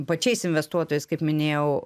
pačiais investuotojais kaip minėjau